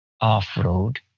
off-road